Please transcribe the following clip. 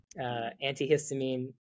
antihistamine